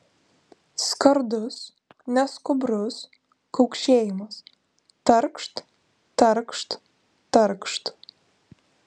skardus neskubrus kaukšėjimas tarkšt tarkšt tarkšt